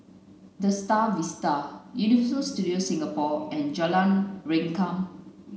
the Star Vista Universal Studios Singapore and Jalan Rengkam